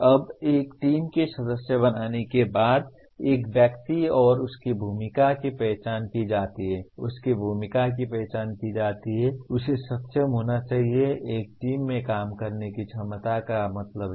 अब एक टीम के सदस्य बनने के बाद एक व्यक्ति और उसकी भूमिका की पहचान की जाती है उसकी भूमिका की पहचान की जाती है उसे सक्षम होना चाहिए एक टीम में काम करने की क्षमता का क्या मतलब है